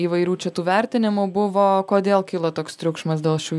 įvairių čia tų vertinimų buvo kodėl kilo toks triukšmas dėl šių